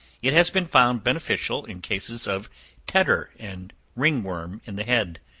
it has been found beneficial in cases of tetter and ringworm in the head,